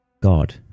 God